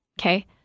Okay